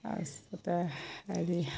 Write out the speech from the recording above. তাৰছতে হেৰি